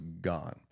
gone